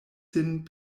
sin